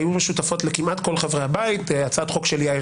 היו משותפות לכמעט כל חברי הבית: הצעת חוק של יאיר